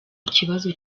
ikibazo